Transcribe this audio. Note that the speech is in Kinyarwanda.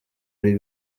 ari